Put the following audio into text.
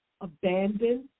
abandoned